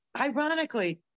ironically